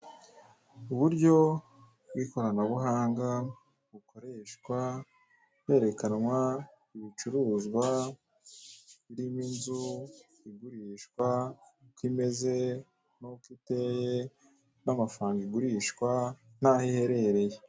Uburyo bw'ikoranabuhanga bukoreshwa herekanwa ibicuruzwa birimo inzu igurishwa, uko imeze nuko iteye n'amafaranga igurishwa naho iherereye.